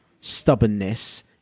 stubbornness